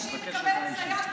אין חולק על זה.